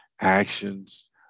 actions